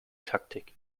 taktik